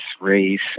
race